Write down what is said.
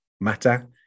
matter